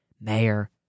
Mayor